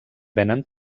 venen